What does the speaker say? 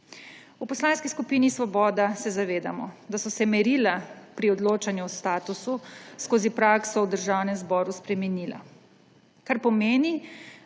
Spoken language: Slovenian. V Poslanski skupini Svoboda se zavedamo, da so se merila pri odločanju o statusu skozi prakso v Državnem zboru spremenila, kar pomeni,